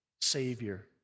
Savior